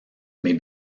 may